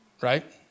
right